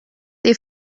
they